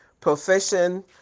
profession